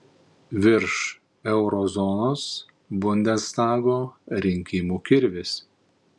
virš euro zonos bundestago rinkimų kirvis